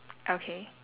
okay